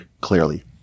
clearly